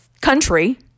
country